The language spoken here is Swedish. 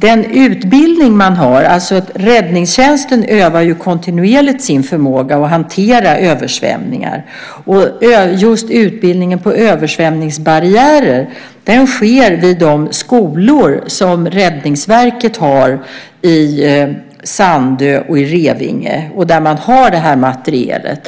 den utbildning man har övar räddningstjänsten kontinuerligt sin förmåga att hantera översvämningar. Just utbildningen på översvämningsbarriärer sker vid Räddningsverkets skolor i Sandö och Revinge, där man har den materielen.